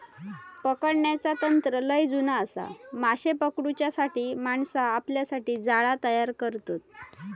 पकडण्याचा तंत्र लय जुना आसा, माशे पकडूच्यासाठी माणसा आपल्यासाठी जाळा तयार करतत